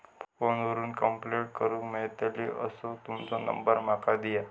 Phone करून complaint करूक मेलतली असो तुमचो नंबर माका दिया?